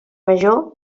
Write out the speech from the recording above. major